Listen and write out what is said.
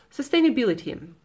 sustainability